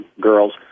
girls